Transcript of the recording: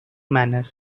manner